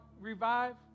revive